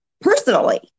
personally